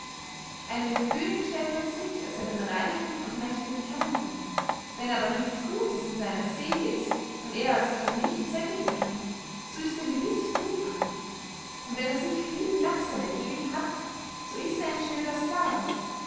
einen könig stellt man sich als einen reichen und mächtigen herrn vor wenn aber nichts gutes in seiner seele ist und er sich an nichts sättigen kann so ist er gewiß blutarm und wenn er sich vielen lastern ergeben hat so ist er ein schnöder sclave